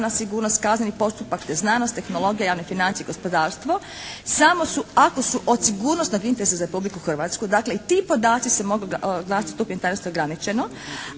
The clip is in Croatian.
javna sigurnost, kazneni postupak te znanost, tehnologija, javne financije i gospodarstvo samo su ako su od sigurnosnog interesa za Republiku Hrvatsku. Dakle i ti podaci se mogu označiti stupnjem tajnosti ograničeno.